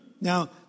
Now